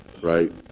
right